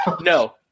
No